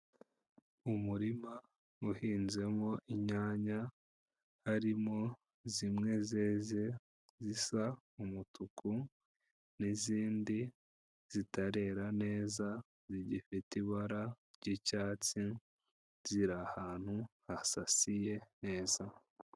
Umurima uhinzemo inyanya harimo zimwe zeze zisa umutuku, n'izindi zitarera neza zigifite ibara ry'icyatsi ziri ahantu hasasiye neza.